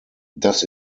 das